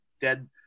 dead